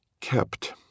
Kept